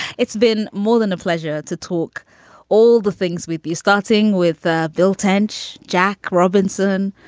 it's been more than a pleasure to talk all the things we'd be starting with. ah bill tench, jack robinson,